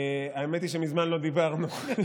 האמת היא שמזמן לא דיברנו.